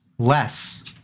Less